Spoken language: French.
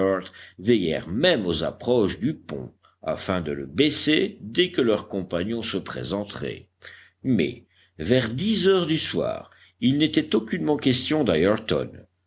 même aux approches du pont afin de le baisser dès que leur compagnon se présenterait mais vers dix heures du soir il n'était aucunement question d'ayrton